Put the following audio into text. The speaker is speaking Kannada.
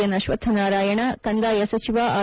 ಎನ್ ಅಶ್ವಥ್ ನಾರಾಯಣ ಕಂದಾಯ ಸಚಿವ ಆರ್